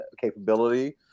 capability